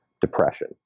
depression